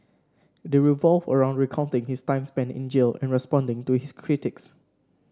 they revolve around recounting his time spent in jail and responding to his critics